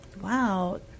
wow